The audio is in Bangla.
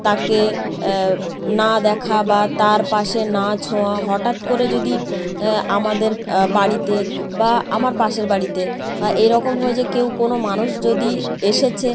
তাকে না দেখা বা তার পাশে না ছোঁয়া হটাৎ করে যদি আমাদের বাড়িতে বা আমার পাশের বাড়িতে বা এরকম হয়ছে কেউ কোনো মানুষ যদি এসেছে